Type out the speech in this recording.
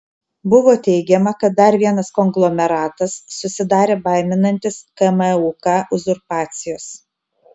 buvo teigiama kad dar vienas konglomeratas susidarė baiminantis kmuk uzurpacijos